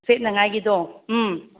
ꯁꯦꯠꯅꯉꯥꯏꯒꯤꯗꯣ ꯎꯝ